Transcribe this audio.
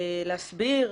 להסביר